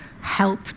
help